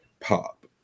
pop